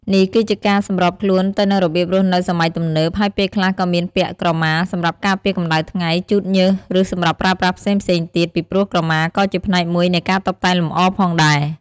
នេះគឺជាការសម្របខ្លួនទៅនឹងរបៀបរស់នៅសម័យទំនើប ហើយពេលខ្លះក៏មានពាក់ ក្រមា សម្រាប់ការពារកម្ដៅថ្ងៃ ជូតញើស ឬសម្រាប់ប្រើប្រាស់ផ្សេងៗទៀត ពីព្រោះក្រមាក៏ជាផ្នែកមួយនៃការតុបតែងលម្អផងដែរ។